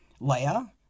Leia